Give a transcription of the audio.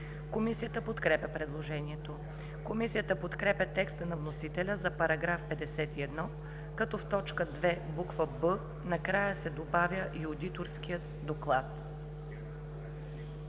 Комисията подкрепя предложението. Комисията подкрепя текста на вносителя за § 51, като в т. 2, буква „б” накрая се добавя „и одиторският доклад”.